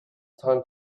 time